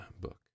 book